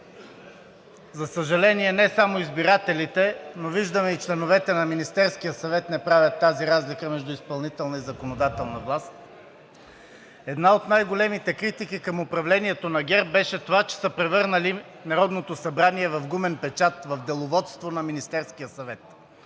За съжаление, не само избирателите, но и виждаме, че членовете на Министерския съвет не правят тази разлика между изпълнителна и законодателна власт. Една от най-големите критики към управлението на ГЕРБ беше това, че са превърнали Народното събрание в гумен печат, в деловодство на Министерския съвет.